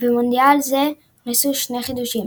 במונדיאל הזה הוכנסו שני חידושים